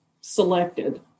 selected